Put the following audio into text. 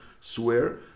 swear